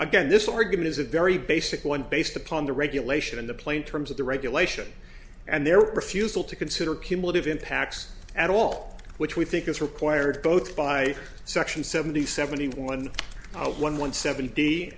again this argument is a very basic one based upon the regulation and the plain terms of the regulation and their refusal to consider cumulative impacts at all which we think is required both by section seventy seventy one zero one one seven